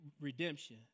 redemption